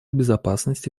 безопасности